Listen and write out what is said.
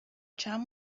چند